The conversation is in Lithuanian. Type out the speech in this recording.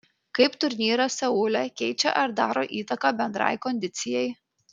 kaip turnyras seule keičia ar daro įtaką bendrai kondicijai